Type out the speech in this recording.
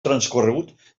transcorregut